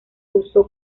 usó